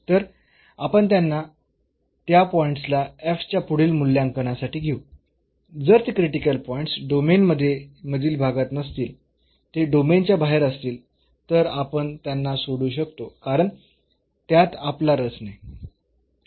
तर आपण त्यांना त्या पॉईंट्स ला च्या पुढील मूल्यांकनासाठी घेऊ जर ते क्रिटिकल पॉईंट्स डोमेन मधील भागात नसतील ते डोमेन च्या बाहेर असतील तर आपण त्यांना सोडू शकतो कारण त्यात आपला रस नाही